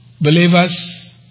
believers